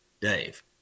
Dave